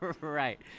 Right